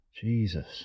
Jesus